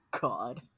god